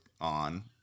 on